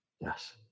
Yes